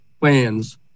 plans